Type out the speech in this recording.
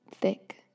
thick